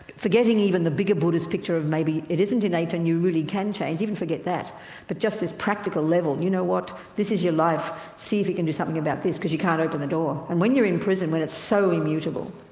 forgetting even the biggest buddhist picture of maybe it isn't innate and you really can change even forget that but just this practical level you know what, this is your life, see if you can do something about this because you can't open the door. and when you're in prison, when it's so immutable,